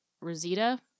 Rosita